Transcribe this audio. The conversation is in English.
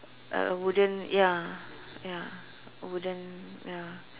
a wooden ya ya a wooden ya